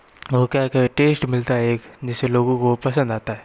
वो क्या कहें टेस्ट मिलता है एक जिससे लोगों को वो पसंद आता है